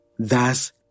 Thus